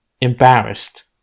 embarrassed